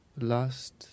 last